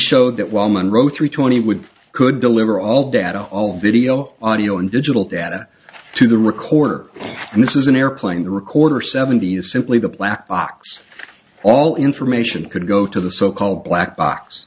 showed that while monroe three twenty would could deliver all data all video audio and digital data to the recorder and this is an airplane the recorder seventy is simply the black box all information could go to the so called black box